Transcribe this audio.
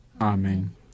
Amen